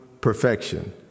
perfection